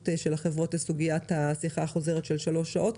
של החברות לסוגיית השיחה החוזרת של שלוש שעות,